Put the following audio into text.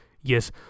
Yes